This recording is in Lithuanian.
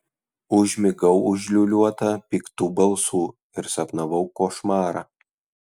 užmigau užliūliuota piktų balsų ir sapnavau košmarą